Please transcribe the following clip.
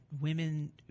women